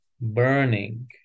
burning